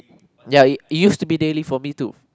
ya it it used to be daily for me too